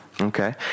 Okay